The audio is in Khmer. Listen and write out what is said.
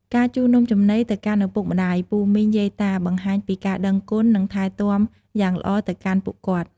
ការជូននំចំណីទៅកាន់ឪពុកម្ដាយ ពូមីង យាយតា បង្ហាញពីការដឹងគុណ និងថែទាំយ៉ាងល្អទៅកាន់ពួកគាត់។